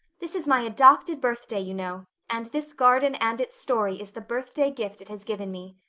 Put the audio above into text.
this is my adopted birthday, you know, and this garden and its story is the birthday gift it has given me.